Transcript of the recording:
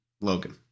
Logan